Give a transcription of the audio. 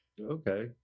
Okay